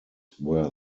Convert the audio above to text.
were